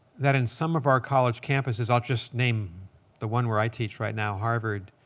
that in some of our college campuses i'll just name the one where i teach right now, harvard